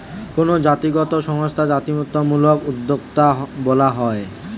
কোনো জাতিগত সংস্থা জাতিত্বমূলক উদ্যোক্তা বলা হয়